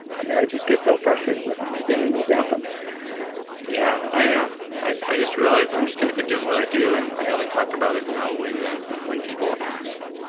and i just get so frustrated with them seeing this happen yeah. i i just realized i'm just going to keep doing what i do and i only talk about it now when ah when people ask.